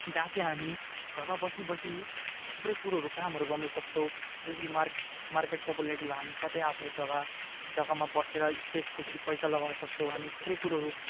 जहाँ चाहिँ घरमा बसिबसि थुप्रै कुरोहरू कामहरू गर्न सक्छौँ जस्तो कि मार्क मार्केट पपुलेरिटी भयो हामी कतै आफ्नो जग्गा जग्गामा बसेर स्टेक जस्तो कि पैसा लगाउन सक्छौँ हामी थुप्रै कुरोहरू